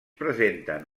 presenten